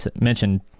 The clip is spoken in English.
mentioned